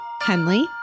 Henley